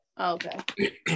okay